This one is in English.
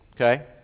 okay